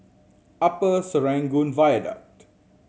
Upper Serangoon Viaduct